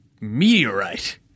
meteorite